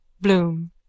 Bloom